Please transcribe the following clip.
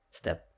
step